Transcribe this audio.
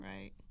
right